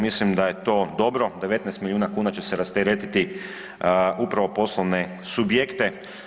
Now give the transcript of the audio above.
Mislim da je to dobro 19 milijuna kuna će se rasteretiti upravo poslovne subjekte.